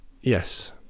Yes